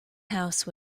house